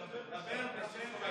דבר, דבר.